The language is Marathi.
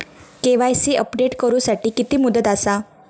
के.वाय.सी अपडेट करू साठी किती मुदत आसा?